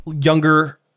younger